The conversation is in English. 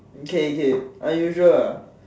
okay okay unusual ah